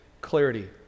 clarity